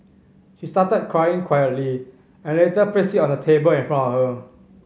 she started crying quietly and later placed it on the table in front of her